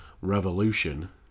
revolution